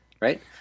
Right